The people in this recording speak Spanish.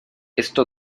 esto